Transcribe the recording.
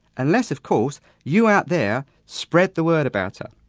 unless of course you out there spread the word about her.